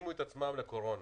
והתאימו את עצמם לקורונה.